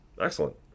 Excellent